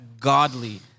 godly